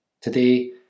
today